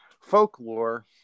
folklore